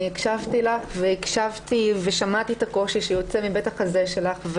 אני הקשבתי לך ושמעתי את הקושי שיוצא מבית החזה שלך.